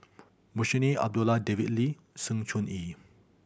Munshi Abdullah David Lee Sng Choon Yee